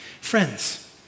Friends